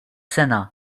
sena